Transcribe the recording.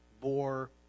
bore